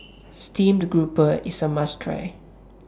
Steamed Grouper IS A must Try